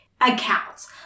accounts